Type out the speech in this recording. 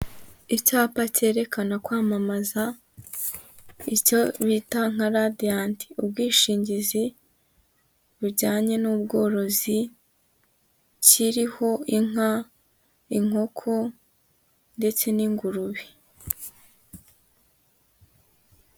Icyapa cyerekana kwamamaza icyo bita nka Radiyanti, ubwishingizi bujyanye n'ubworozi, kiriho inka, inkoko ndetse n'ingurube.